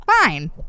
fine